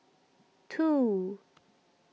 two